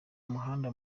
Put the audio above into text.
umuhanda